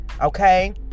Okay